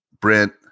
Brent